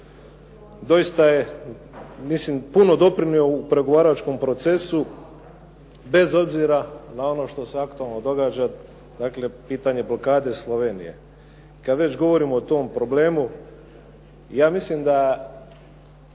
doista je mislim puno doprinio u pregovaračkom procesu bez obzira na ono što se aktualno događa dakle pitanje blokade Slovenije. Kada već govorimo o tom problemu, ja mislim da